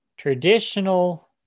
Traditional